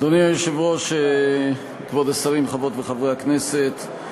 אדוני היושב-ראש, כבוד השרים, חברות וחברי הכנסת,